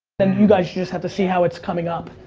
and you guys just have to see how it's coming up.